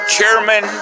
Chairman